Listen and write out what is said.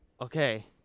okay